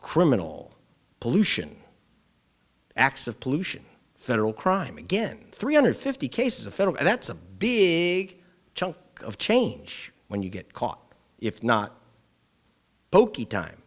criminal pollution acts of pollution federal crime again three hundred fifty cases a federal that's i'm being chunk of change when you get caught if not pokey time